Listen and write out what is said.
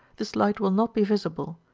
this light will not be visible,